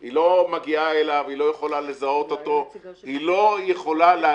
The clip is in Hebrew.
היא לא מגיעה אליו, היא לא יכולה לזהות אותו.